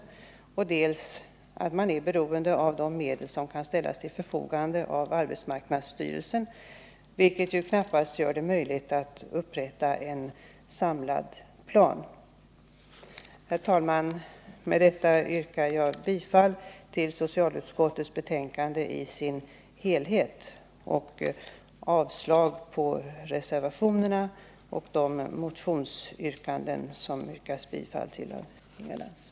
Vidare påpekar utskottet att genomförandet av en sådan upprustningsplan är beroende av vilka medel som kan ställas till förfogande av arbetsmarknadsstyrelsen, och det är därför knappast möjligt att upprätta en samlad plan. Herr talman! Med detta yrkar jag bifall till vad utskottet har hemställt och därmed avslag på reservationerna och de motionsyrkanden som Inga Lantz har yrkat bifall till.